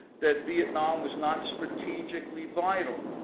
that vietnam was not strategically vital,